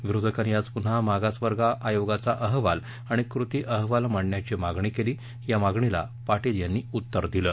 विरोधकांनी आज पुन्हा मागासवर्ग आयोगाचा अहवाल आणि कृती अहवाल मांडण्याची मागणी केली या मागणीला पाटील यांनी उत्तर दिलं